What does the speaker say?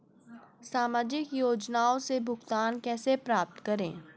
सामाजिक योजनाओं से भुगतान कैसे प्राप्त करें?